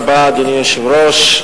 אדוני היושב-ראש,